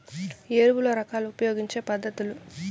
ఎరువుల రకాలు ఉపయోగించే పద్ధతులు?